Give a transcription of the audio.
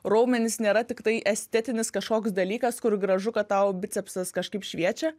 raumenys nėra tiktai estetinis kažkoks dalykas kur gražu kad tau bicepsas kažkaip šviečia